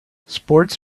sports